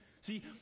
See